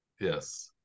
Yes